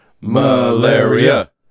Malaria